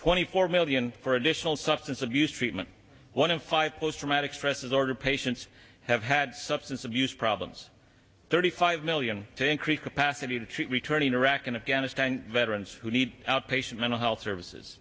twenty four million for additional substance abuse treatment one in five post traumatic stress disorder patients have had substance abuse problems thirty five million to increase capacity to treat returning iraq and afghanistan veterans who need outpatient mental health services